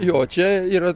jo čia yra